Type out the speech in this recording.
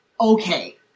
okay